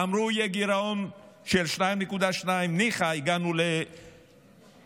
אמרו שיהיה גירעון של 2.2%; ניחא, הגענו ל-6.2%.